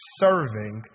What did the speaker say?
serving